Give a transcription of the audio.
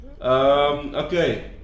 Okay